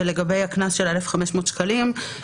ולגבי הקנס של 1,500 שקלים.